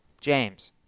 james